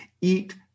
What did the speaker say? Eat